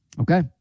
okay